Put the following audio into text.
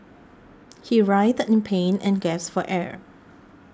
he writhed in pain and gasped for air